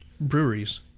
breweries